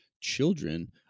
children